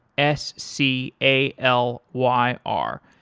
s c a l y r.